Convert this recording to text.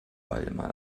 waldemar